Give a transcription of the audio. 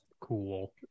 Cool